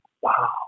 Wow